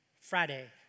Friday